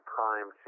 Prime